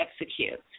execute